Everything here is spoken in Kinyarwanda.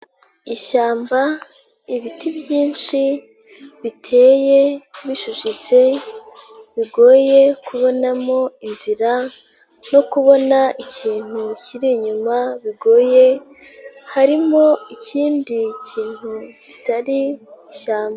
Ishyamba, ibiti byinshi biteye bicukitse, bigoye kubonamo inzira, no kubona ikintu kiri inyuma bigoye, harimo ikindi kintu kitari ishyamba.